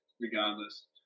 regardless